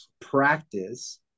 practice